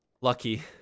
lucky